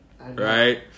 right